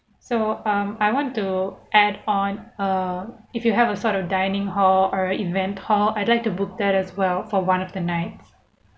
so um I want to add on err if you have a sort of dining hall or event hall I'd like to book that as well for one of the night